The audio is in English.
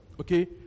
okay